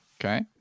Okay